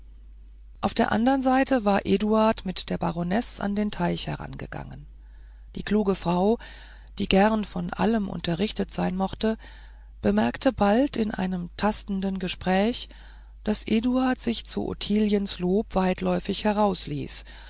auf der andern seite war eduard mit der baronesse an den teichen hergegangen die kluge frau die gern von allem unterrichtet sein mochte bemerkte bald in einem tastenden gespräch daß eduard sich zu ottiliens lobe weitläufig